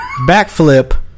backflip